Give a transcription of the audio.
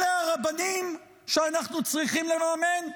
אלה הרבנים שאנחנו צריכים לממן,